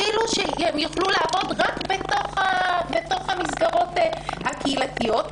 כדי שיוכלו לעבוד רק בתוך המסגרות הקהילתיות.